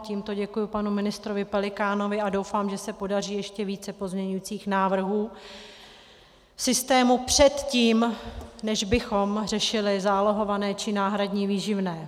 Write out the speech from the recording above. Tímto děkuji panu ministrovi Pelikánovi a doufám, že se podaří ještě více pozměňujících návrhů, v systému předtím, než bychom řešili zálohované či náhradní výživné.